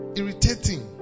irritating